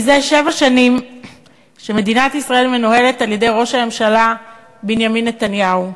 מזה שבע שנים מדינת ישראל מנוהלת על-ידי ראש הממשלה בנימין נתניהו.